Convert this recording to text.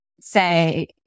say